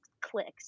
clicks